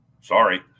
sorry